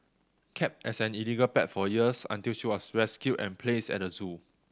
kept as in illegal pet for years until she was rescued and placed at the zoo